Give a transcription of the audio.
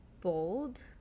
bold